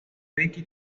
ricky